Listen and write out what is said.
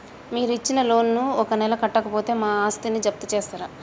మీరు ఇచ్చిన లోన్ ను ఒక నెల కట్టకపోతే మా ఆస్తిని జప్తు చేస్తరా?